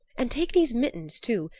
and take these mittens, too.